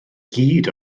gyd